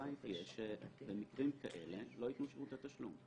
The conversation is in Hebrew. התוצאה תהיה שבמקרים כאלה לא יתנו שירותי תשלום.